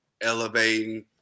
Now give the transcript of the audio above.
elevating